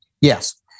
yes